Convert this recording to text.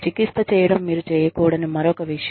చికిత్స చేయడం మీరు చేయకూడని మరొక విషయం